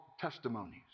testimonies